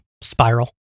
Spiral